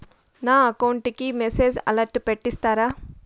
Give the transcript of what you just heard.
నా అకౌంట్ కి message alert పెట్టిస్తారా